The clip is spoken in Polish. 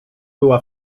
była